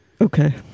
Okay